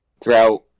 throughout